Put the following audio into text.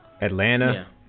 Atlanta